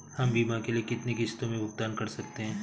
हम बीमा के लिए कितनी किश्तों में भुगतान कर सकते हैं?